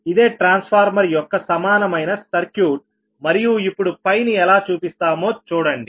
ఇదే ట్రాన్స్ఫార్మర్ యొక్క సమానమైన సర్క్యూట్ మరియు ఇప్పుడుని ఎలా చూపిస్తామో చూడండి